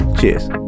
Cheers